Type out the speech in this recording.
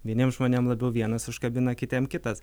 vieniem žmonėm labiau vienas užkabina kitiem kitas